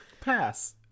Pass